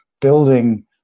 building